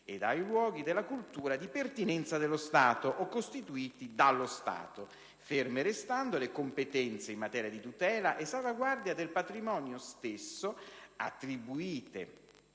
ed ai luoghi della cultura di pertinenza dello Stato o costituiti dallo Stato, ferme restando le competenze in materia di tutela e salvaguardia del patrimonio stesso attribuite